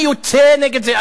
אני יוצא נגד זה,